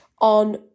on